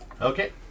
Okay